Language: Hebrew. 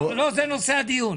זה לא נושא הדיון.